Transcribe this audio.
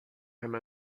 him